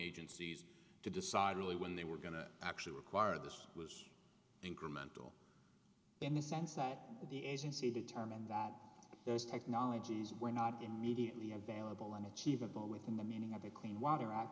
agencies to decide really when they were going to actually require this was incremental in the sense that the agency determined that those technologies were not immediately available and achievable within the meaning of the clean water